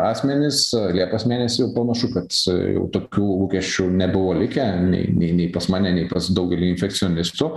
asmenys liepos mėnesį jau panašu kad jau tokių lūkesčių nebuvo likę nei nei nei pas mane nei pas daugelį infekcionistų